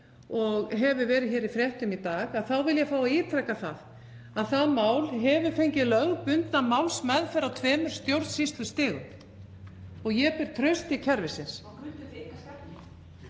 og hefur verið í fréttum í dag þá vil ég fá að ítreka að það mál hefur fengið lögbundna málsmeðferð á tveimur stjórnsýslustigum og ég ber traust til kerfisins.